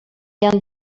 han